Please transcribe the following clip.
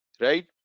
right